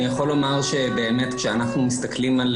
אני יכול לומר שבאמת שאנחנו מסתכלים על